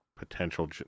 potential